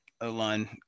O-line